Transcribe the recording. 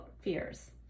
fears